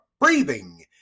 breathing